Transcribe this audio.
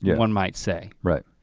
yeah one might say. right.